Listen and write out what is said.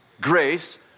grace